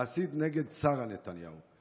להסית נגד שרה נתניהו.